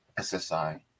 SSI